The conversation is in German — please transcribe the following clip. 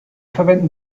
verwenden